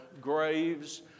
graves